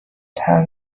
طرح